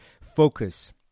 focus